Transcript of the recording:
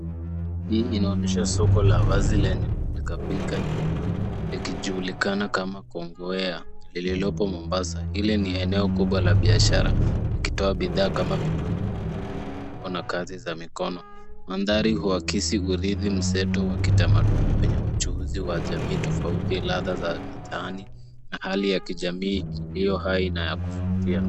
Hii inaonyesha soko la wazi lenye pilikapilika nyingi likijulikana kama Kongowea lililopo Mombasa. Hili ni eneo kubwa la biashara likitoa bidhaa kama vitunguu, viungo, nguo na kazi za mikono. Mandhari huakisi uridhi mseto wa kitamaduni wenye wachuuzi wa jamii tofauti, ladhaa za mitaani na hali ya kijamii iliyo hai na ya kuvutia.